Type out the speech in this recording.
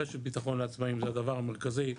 הרשת בטחון לעצמאים זה דבר מרכזי,